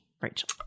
Rachel